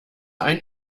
ein